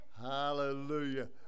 Hallelujah